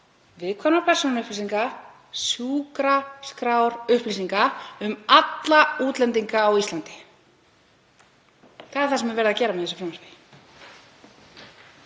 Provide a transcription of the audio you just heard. viðkvæmra persónuupplýsinga, sjúkraskrárupplýsinga, um alla útlendinga á Íslandi. Það er það sem er verið að gera með þessu frumvarpi.